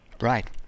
right